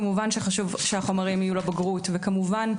כמובן שחשוב שהחומרים יהיו לבגרות וכמובן,